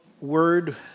word